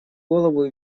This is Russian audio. голову